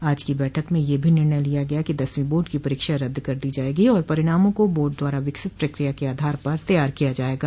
आज की बैठक में यह भी निर्णय लिया गया कि दसवीं बोर्ड की परीक्षा रद्द कर दी जाएगी और परिणामा को बोर्ड द्वारा विकसित प्रक्रिया के आधार पर तैयार किया जायेगा